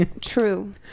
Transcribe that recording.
True